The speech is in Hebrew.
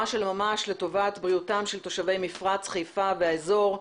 של ממש לטובת בריאותם של תושבי מפרץ חיפה והאזור,